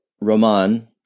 Roman